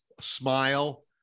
smile